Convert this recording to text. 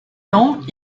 lent